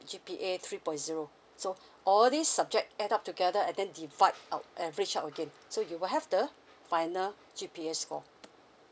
G_P_A three point zero so all this subject add up together and then divide out average out again so you will have the final G_P_A score